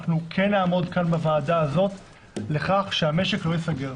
אנחנו כן נעמוד כאן בוועדה הזאת על כך שהמשק לא ייסגר.